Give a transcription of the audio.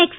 X